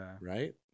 right